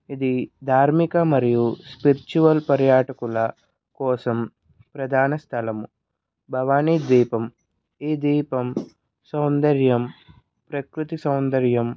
ఇది ధార్మిక మరియు స్పిరిచువల్ పర్యాటకుల కోసం ప్రధాన స్థలము భవాని ద్వీపం ఈ ద్వీపం సౌందర్యం ప్రకృతి సౌందర్యం